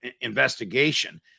investigation